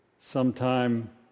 sometime